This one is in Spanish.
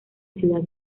ciudad